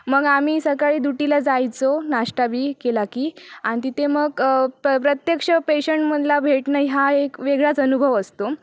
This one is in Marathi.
मग आम्ही सकाळी डूटीला जायचो नाश्ता पण केला की आणि तिथे मग प प्रत्यक्ष पेशंटमधला भेटणे हा एक वेगळाच अनुभव असतो